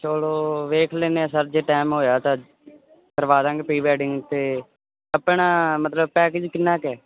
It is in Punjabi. ਚਲੋ ਵੇਖ ਲੈਂਦੇ ਆ ਸਰ ਜੇ ਟਾਈਮ ਹੋਇਆ ਤਾ ਕਰਵਾ ਦਾਂਗੇ ਪਰੀ ਵੈਡਿੰਗ ਅਤੇ ਆਪਣਾ ਮਤਲਬ ਪੈਕਜ ਕਿੰਨਾ ਕੁ ਏ